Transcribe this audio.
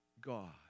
God